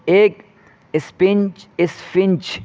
ایک اسپنج اسفنج